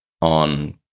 on